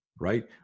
right